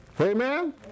amen